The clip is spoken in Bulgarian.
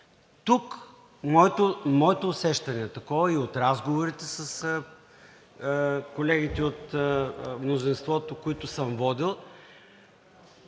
тук моето усещане е такова, и от разговорите с колегите от мнозинството, които съм водил